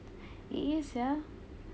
ease sia